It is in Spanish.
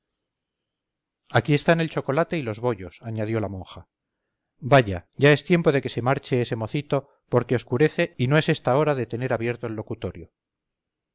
aquí están el chocolate y los bollos añadió la monja vaya ya es tiempo de que se marche ese mocito porque oscurece y no es ésta hora de tener abierto el locutorio